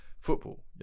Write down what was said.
football